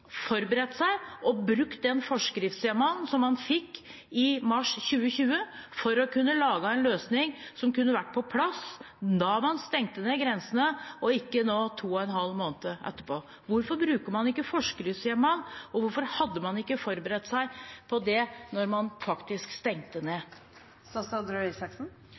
forberedt seg og brukt den forskriftshjemmelen som han fikk i mars 2020, for å kunne lage en løsning som var på plass da man stengte grensene, og ikke nå, to og en halv måned etterpå. Hvorfor har man ikke brukt forskriftshjemmelen, og hvorfor hadde man ikke forberedt seg på det før man faktisk stengte ned?